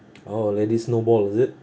oh let it snowball is it